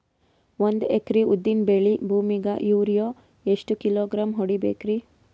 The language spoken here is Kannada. ಒಂದ್ ಎಕರಿ ಉದ್ದಿನ ಬೇಳಿ ಭೂಮಿಗ ಯೋರಿಯ ಎಷ್ಟ ಕಿಲೋಗ್ರಾಂ ಹೊಡೀಬೇಕ್ರಿ?